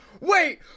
Wait